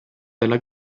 della